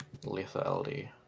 lethality